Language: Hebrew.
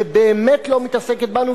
ובאמת לא מתעסקת בנו,